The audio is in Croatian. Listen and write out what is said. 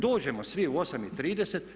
Dođemo svi u 8,30.